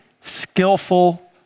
skillful